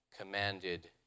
commanded